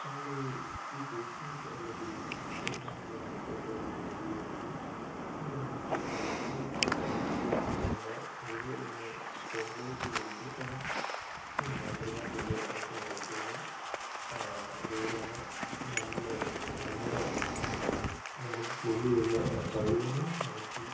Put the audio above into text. നമ്മള് ഈ ഫേസ്ബുക്ക് അല്ലെങ്കിൽ ഇൻസ്റ്റാഗ്രാമിൽ നമ്മൾ ഫോട്ടോകൾ പോസ്റ്റ് ചെയ്യുവാണെങ്കിൽ ഇത് നമുക്ക് ലൈക്കുകൾ കിട്ടാനും നമ്മുടെ കഴിവുകളൊന്ന് പുറംലോകത്തെ വെളിപ്പെടുത്താനും മാത്രമായിട്ടുള്ള അവസരമായി പോകും അതുപോലെതന്നെ നമ്മള് നമ്മുടെ നമുക്ക് ഉള്ളിലുള്ള ആ കഴിവിനെ നമുക്ക്